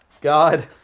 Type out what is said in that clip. God